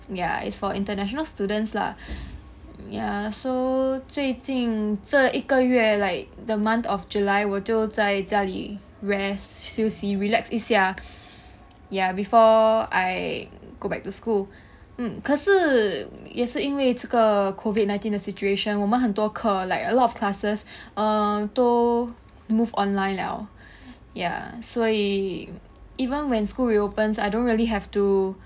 ya is for international students lah ya so 最近这一个月 like the month of july 我就在家里 rest 休息 relax 一下 ya before I go back to school mm 可是也是因为这个 COVID nineteen 的 situation 我们很多课 like a lot of classes err 都 move online liao ya 所以 even when school reopens I don't really have to